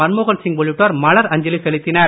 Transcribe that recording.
மன்மோகன்சிங் உள்ளிட்டோர் மலர் அஞ்சலி செலுத்தினர்